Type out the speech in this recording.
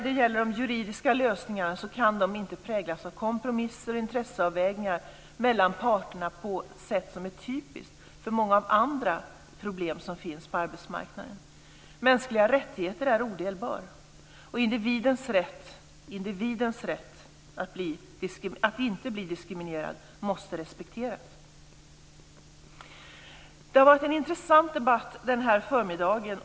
De juridiska lösningarna kan inte präglas av kompromisser och intresseavvägningar mellan parterna på det sätt som är typiskt för många andra problem som finns på arbetsmarknaden. Mänskliga rättigheter är odelbara. Individens rätt att inte bli diskriminerad måste respekteras. Det har varit en intressant debatt den här förmiddagen.